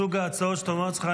זה מסוג ההצעות שאתה אומר לעצמך,